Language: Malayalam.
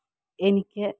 എനിക്ക്